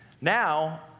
Now